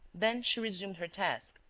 then she resumed her task,